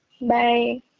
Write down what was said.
bye